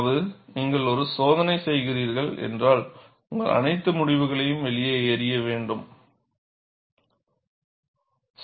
அதாவது நீங்கள் ஒரு சோதனை செய்கிறீர்கள் என்றால் உங்கள் அனைத்து முடிவுகளையும் வெளியே எறிய வேண்டாம்